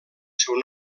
seu